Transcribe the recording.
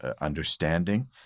understanding